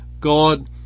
God